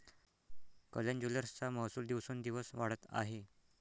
कल्याण ज्वेलर्सचा महसूल दिवसोंदिवस वाढत आहे